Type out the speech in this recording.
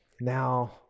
Now